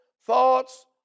thoughts